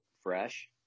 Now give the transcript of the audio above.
fresh